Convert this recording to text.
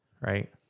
right